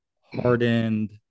hardened